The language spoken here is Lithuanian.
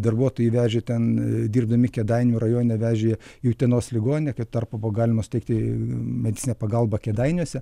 darbuotojai vežė ten dirbdami kėdainių rajone vežė į utenos ligoninę kai tarpo po galima suteikti medicininę pagalbą kėdainiuose